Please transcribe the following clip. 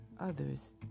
Others